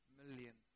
million